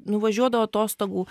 nuvažiuodavo atostogų